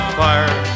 fire